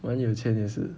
蛮有钱也是